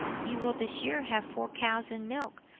you will this year have four cows in milk,